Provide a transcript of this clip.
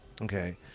Okay